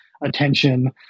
attention